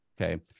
Okay